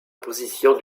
position